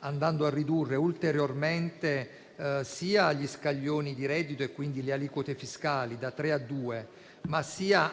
andando a ridurre ulteriormente gli scaglioni di reddito e quindi le aliquote fiscali da tre a due, ma